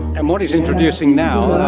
and what he is introducing now, are